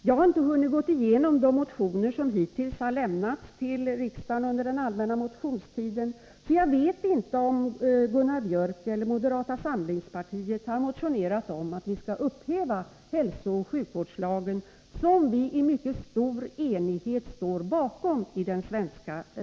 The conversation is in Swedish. Jag har inte hunnit gå igenom de motioner som hittills har lämnats till riksdagen under den allmänna motionstiden, så jag vet inte om Gunnar Biörck eller moderata samlingspartiet har motionerat om att vi skall upphäva hälsooch sjukvårdslagen, som den svenska riksdagen i mycket stor enighet står bakom.